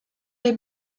les